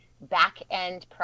back-end